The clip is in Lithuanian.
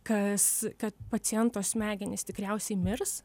kas kad paciento smegenys tikriausiai mirs